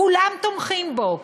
כולם תומכים בו.